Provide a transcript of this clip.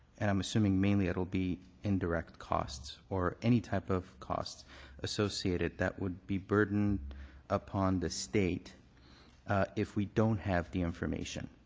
and i'm assuming mainly it'll be indirect costs or any type of costs associated that would be burdened upon the state if we don't have the information?